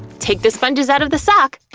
take the sponges out of the sock,